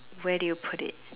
where did you put it